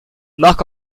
marcq